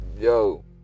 Yo